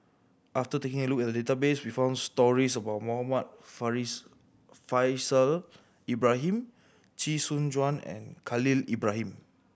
after taking a look at the database we found stories about Muhammad Faishal Ibrahim Chee Soon Juan and Khalil Ibrahim